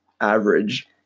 average